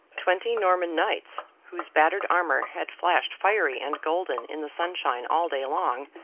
twenty norman knights, whose battered armour had flashed fiery and golden in the sunshine all day long,